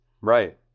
Right